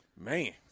man